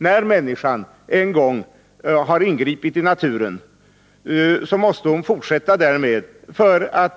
När människan en gång har ingripit i naturen måste hon fortsätta därmed för att